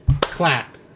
clap